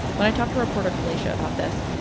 when i talked to reporter kalaisha about this,